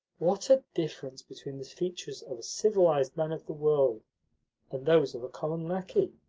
what a difference between the features of a civilised man of the world and those of a common lacquey!